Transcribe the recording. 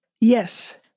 Yes